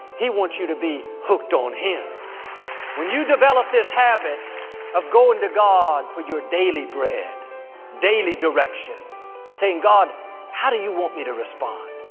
he wants you to be hooked on him when you develop this habit of going to god for your daily bread daily direction saying god how do you want me to respond?